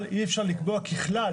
אבל אי אפשר לקבוע ככלל,